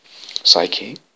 psyche